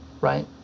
right